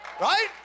Right